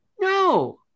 No